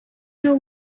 have